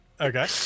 Okay